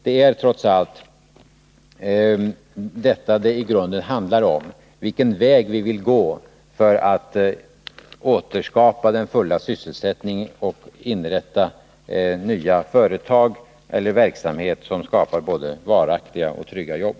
Det är trots allt detta som det i grunden handlar om — vilken väg vi vill gå för att återskapa den fulla sysselsättningen och inrätta nya företag eller verksamheter som skapar både varaktiga och trygga jobb.